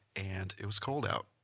and it was cold out,